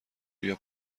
بیا